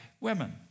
women